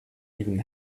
even